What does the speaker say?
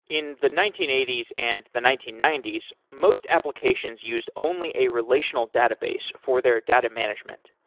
in the nineteen eighty s and the nineteen ninety s, most applications used only a relational database for their data management.